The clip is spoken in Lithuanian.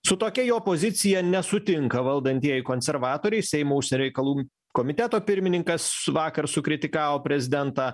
su tokia jo pozicija nesutinka valdantieji konservatoriai seimo užsienio reikalų komiteto pirmininkas vakar sukritikavo prezidentą